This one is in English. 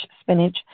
spinach